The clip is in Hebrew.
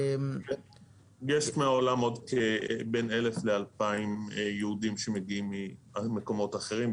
יש מהעולם עוד בין 1,000 ל-2,000 יהודים שמגיעים ממקומות אחרים,